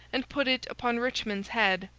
and put it upon richmond's head,